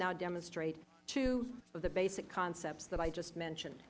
now demonstrate two of the basic concepts that i just mentioned